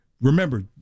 remember